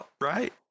right